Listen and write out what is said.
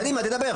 קדימה, תדבר.